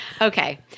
Okay